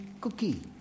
cookie